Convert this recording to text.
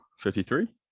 53